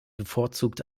bevorzugt